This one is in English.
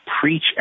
preach